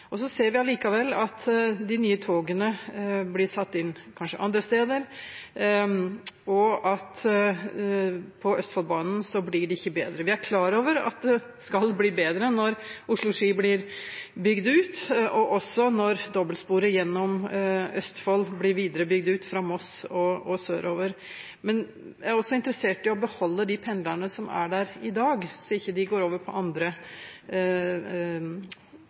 Og så ser vi likevel at de nye togene blir satt inn andre steder, og på Østfoldbanen blir det ikke bedre. Vi er klar over at det skal bli bedre når Oslo–Ski bli bygd ut, og også når dobbeltsporet gjennom Østfold blir videre bygd ut fra Moss og sørover. Men jeg er også interessert i å beholde de pendlerne som er der i dag, så de ikke går over til andre